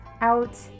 out